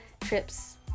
trips